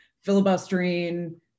filibustering